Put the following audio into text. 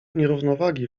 nierównowagi